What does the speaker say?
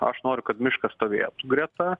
aš noriu kad miškas stovėtų greta